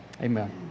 amen